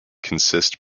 consist